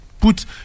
put